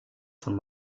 von